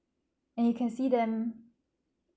and you can see them